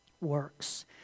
works